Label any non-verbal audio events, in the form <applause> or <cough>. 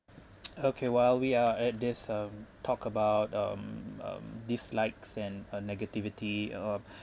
<noise> okay while we are at this um talk about um um dislikes and uh negativity or